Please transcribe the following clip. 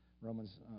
Romans